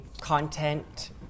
content